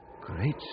Great